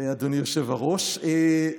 אדוני היושב-ראש,